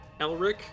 Elric